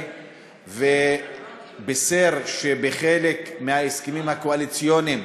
ובישר שלפי חלק מההסכמים הקואליציוניים